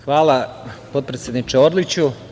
Hvala, potpredsedniče Orliću.